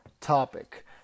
topic